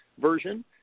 version